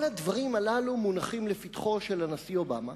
כל הדברים הללו מונחים לפתחו של הנשיא אובמה,